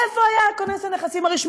איפה היה כונס הנכסים הרשמי?